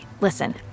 listen